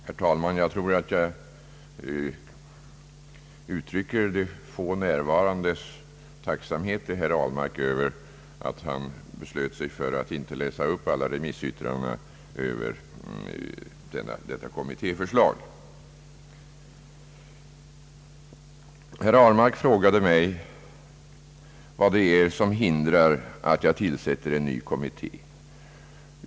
Herr talman! Jag tror att jag uttrycker de få närvarandes tacksamhet till herr Ahlmark över att han beslöt sig för att inte läsa upp alla remissyttranden över detta kommittéförslag. Herr Ahlmark frågade mig vad det är som hindrar att jag tillsätter en ny kommitté.